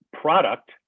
product